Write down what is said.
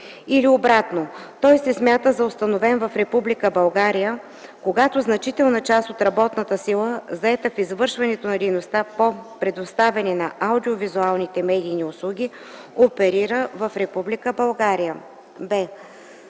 или обратно, той се смята за установен в Република България, когато значителна част от работната сила, заета в извършването на дейността по предоставяне на аудио-визуални медийни услуги, оперира в Република